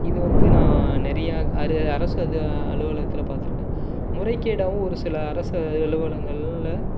இது வந்து நான் நிறைய அர அரசு அது அலுவலகத்தில் பார்த்துருக்கேன் முறைக் கேடாவும் ஒரு சில அரசு அலுவலங்களில்